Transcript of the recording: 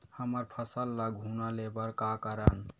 हमर फसल ल घुना ले बर का करन?